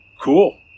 Cool